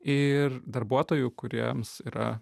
ir darbuotojų kuriems yra